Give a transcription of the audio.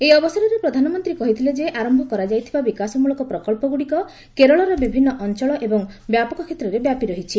ଏହି ଅବସରରେ ପ୍ରଧାନମନ୍ତ୍ରୀ କହିଥିଲେ ଯେ ଆରମ୍ଭ କରାଯାଇଥିବା ବିକାଶମୂଳକ ପ୍ରକଞ୍ଚଗୁଡ଼ିକ କେରଳର ବିଭିନ୍ନ ଅଞ୍ଚଳ ଏବଂ ବ୍ୟାପକ କ୍ଷେତ୍ରରେ ବ୍ୟାପି ରହିଛି